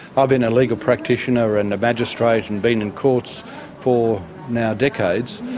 been a legal practitioner and a magistrate and been in courts for now decades,